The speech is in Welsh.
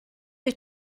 wyt